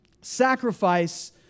sacrifice